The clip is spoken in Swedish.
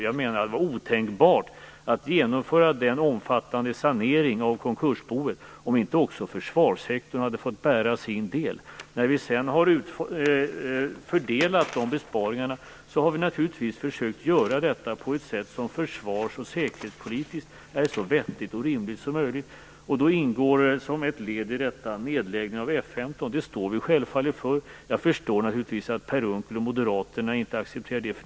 Jag menar att det var otänkbart att genomföra den omfattande saneringen av konkursboet om inte också försvarssektorn hade fått bära sin del. När vi sedan har fördelat de besparingarna har vi naturligtvis försökt göra det på ett sätt som försvarsoch säkerhetspolitiskt är så vettigt och rimligt som möjligt. Då ingår som ett led i detta nedläggningen av F 15. Det står vi självfallet för. Jag förstår naturligtvis att Per Unckel och moderaterna inte accepterar det.